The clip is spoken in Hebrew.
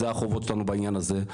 זה החובות שלנו בעניין הזה.